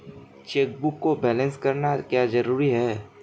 Chequebook को balance करना क्यों जरूरी है?